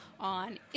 on